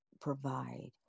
provide